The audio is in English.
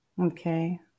Okay